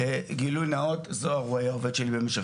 גילוי נאות, זהר הוא היה עובד שלי במשך